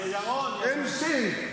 אימשי.